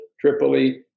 Tripoli